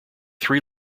three